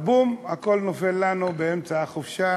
אבל בום, הכול נופל לנו באמצע החופשה,